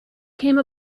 came